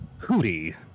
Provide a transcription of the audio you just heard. Hootie